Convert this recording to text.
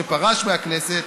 שפרש מהכנסת,